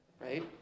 right